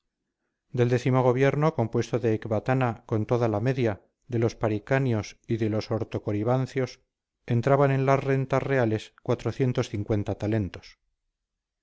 del décimo gobierno compuesto de ecbatana con toda la media de los paricanios y de los ortocoribancios entraban en las rentas reales talentos